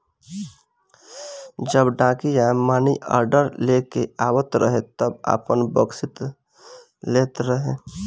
जब डाकिया मानीऑर्डर लेके आवत रहे तब आपन बकसीस लेत रहे